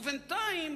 ובינתיים,